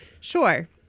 Sure